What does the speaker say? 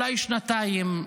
אולי שנתיים,